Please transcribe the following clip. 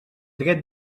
dret